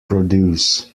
produce